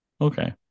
Okay